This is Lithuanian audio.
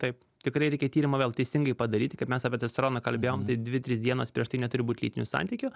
taip tikrai reikia tyrimą vėl teisingai padaryti mes apie testosteroną kalbėjom tai dvi trys dienos prieš tai neturi būt lytinių santykių